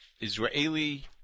Israeli